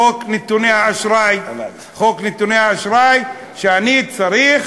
חוק נתוני האשראי, שאני צריך